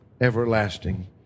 everlasting